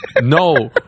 no